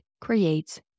creates